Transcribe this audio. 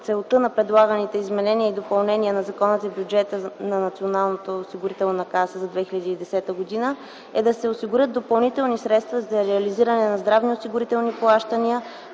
целта на предлаганите изменения и допълнения на Закона за бюджета на Националната здравноосигурителна каса за 2010 г. е да се осигурят допълнителни средства за реализиране на здравноосигурителни плащания,